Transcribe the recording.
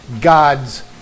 God's